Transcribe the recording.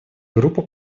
группа